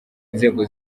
inzego